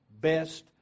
best